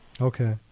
Okay